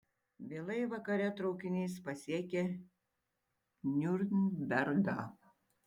vėlai vakare traukinys pasiekia niurnbergą